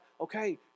okay